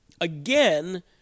again